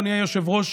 אדוני היושב-ראש,